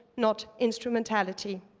not instrumentality.